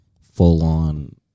full-on